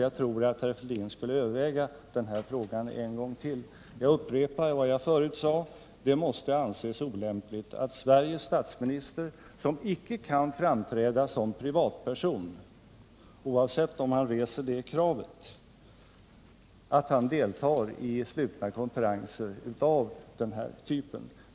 Jag tror att herr Fälldin borde överväga den här frågan en gång till, och jag upprepar vad jag förut sade, nämligen att det måste anses olämpligt att Sveriges statsminister, som icke kan framträda som privatperson oavsett om han reser det kravet eller ej, deltar i slutna konferenser av den här typen.